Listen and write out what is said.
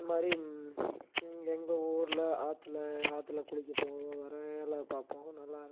இது மாதிரி இங்கே எங்கள் ஊரில் ஆற்றுல ஆற்றுல குளிக்க போக வர எல்லோரும் பார்ப்போம் நல்லாயிருக்கும்